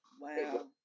Wow